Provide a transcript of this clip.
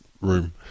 room